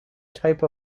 type